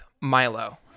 Milo